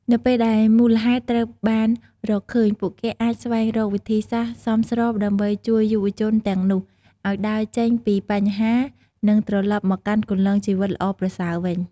នៅពេលដែលមូលហេតុត្រូវបានរកឃើញ ពួកគេអាច ស្វែងរកវិធីសាស្រ្តសមស្របដើម្បីជួយយុវជនទាំងនោះ ឱ្យដើរចេញពីបញ្ហា និងត្រឡប់មកកាន់គន្លងជីវិតល្អប្រសើរវិញ។